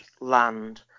land